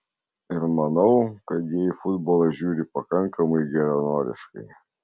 ir manau kad jie į futbolą žiūri pakankamai geranoriškai